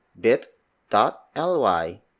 bit.ly